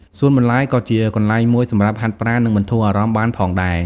សួនបន្លែក៏ជាកន្លែងមួយសម្រាប់ហាត់ប្រាណ និងបន្ធូរអារម្មណ៍បានផងដែរ។